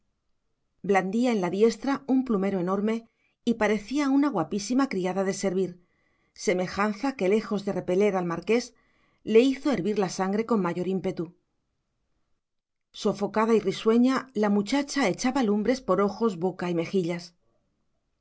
descubierta blandía en la diestra un plumero enorme y parecía una guapísima criada de servir semejanza que lejos de repeler al marqués le hizo hervir la sangre con mayor ímpetu sofocada y risueña la muchacha echaba lumbres por ojos boca y mejillas